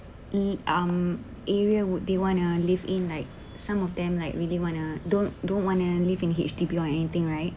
e~ um area would they want to live in like some of them like really want to don't don't want to live in H_D_B or anything right